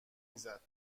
میزد